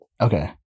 Okay